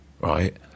right